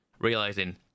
realizing